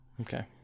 Okay